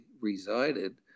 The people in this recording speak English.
resided